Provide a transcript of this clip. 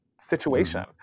situation